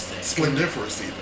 Splendiferous